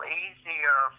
easier